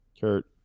Kurt